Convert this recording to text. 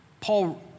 Paul